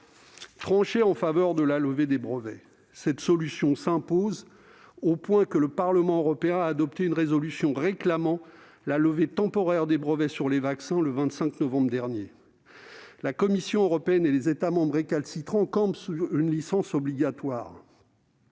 trancher enfin en faveur de la levée des brevets. Cette solution s'impose à un point tel que le Parlement européen a adopté une résolution réclamant la levée temporaire des brevets sur les vaccins le 25 novembre dernier. La Commission européenne et les États membres récalcitrants campent sur le principe